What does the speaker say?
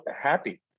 happy